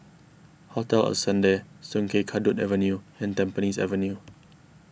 Hotel Ascendere Sungei Kadut Avenue and Tampines Avenue